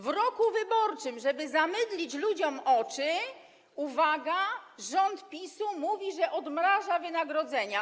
W roku wyborczym, żeby zamydlić ludziom oczy, uwaga, rząd PiS-u mówi, że odmraża wynagrodzenia.